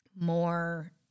more